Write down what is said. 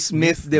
Smith